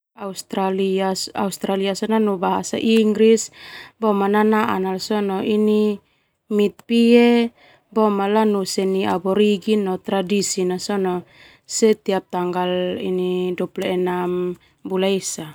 Nanu bahasa Inggris nanan nala sona mitpie lanu seni Aborigin boema tradisi na sona setiap tanggal ini dua puluh enam bula esa.